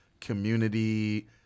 community